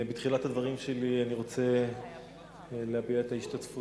בתחילת הדברים שלי אני רוצה להביע את ההשתתפות